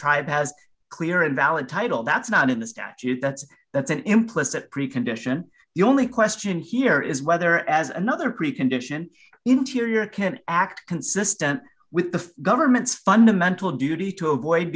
tribe has clear invalid title that's not in the statute that's that's an implicit precondition the only question here is whether as another precondition interior can act consistent with the government's fundamental duty to avoid